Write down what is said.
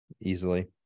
Easily